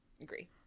Agree